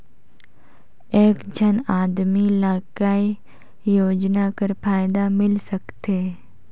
एक झन आदमी ला काय योजना कर फायदा मिल सकथे?